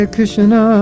Krishna